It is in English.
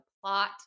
plot